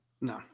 No